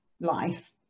life